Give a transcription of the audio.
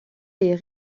les